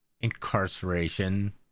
incarceration